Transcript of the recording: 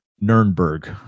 Nuremberg